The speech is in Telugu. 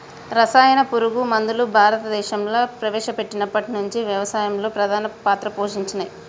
రసాయన పురుగు మందులు భారతదేశంలా ప్రవేశపెట్టినప్పటి నుంచి వ్యవసాయంలో ప్రధాన పాత్ర పోషించినయ్